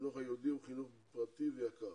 החינוך היהודי הוא חינוך פרטי ויקר